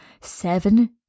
seven